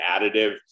additive